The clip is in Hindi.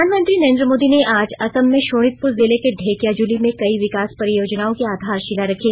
प्रधानमंत्री नरेंद्र मोदी ने आज असम में शोणितपुर जिले के ढेकियाजुली में कई विकास परियोजनाओं की आधारशिला रखा